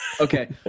okay